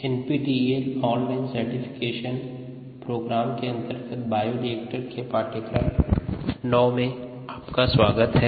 N P T E L online certification programme के अंतर्गत bioreactors के पाठ्यक्रम पर व्याख्यान 9 में आपका स्वागत है